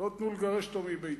לא תיתנו לגרש אותו מביתו.